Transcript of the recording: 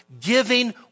Giving